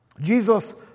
Jesus